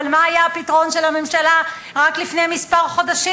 אבל מה היה הפתרון של הממשלה רק לפני כמה חודשים?